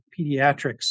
pediatrics